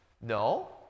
no